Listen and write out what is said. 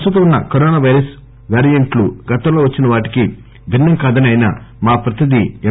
ప్రస్తుతం వున్స corona virus వ్యారియెంట్లు గతంలో వచ్చిన వాటికి భిన్సం కాదని ఆయన మా ప్రతినిధి ఎం